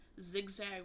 zigzag